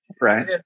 Right